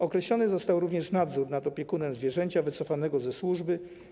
Określony został również nadzór nad opiekunem zwierzęcia wycofanego ze służby.